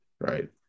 Right